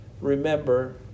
remember